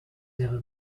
never